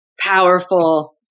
powerful